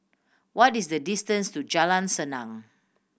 what is the distance to Jalan Senang